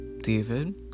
David